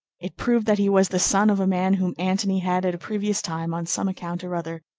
it proved that he was the son of a man whom antony had at a previous time, on some account or other,